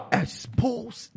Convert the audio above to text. expose